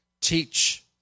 teach